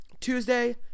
Tuesday